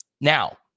Now